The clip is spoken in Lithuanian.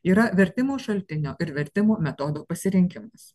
yra vertimo šaltinio ir vertimo metodo pasirinkimas